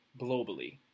globally